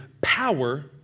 power